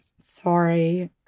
Sorry